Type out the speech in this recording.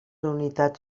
unitats